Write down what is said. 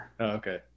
okay